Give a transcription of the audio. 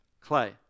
clay